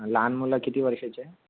लहान मुलं किती वर्षाचे आहे